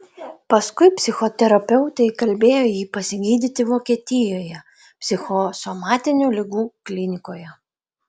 paskui psichoterapeutė įkalbėjo jį pasigydyti vokietijoje psichosomatinių ligų klinikoje